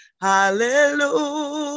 hallelujah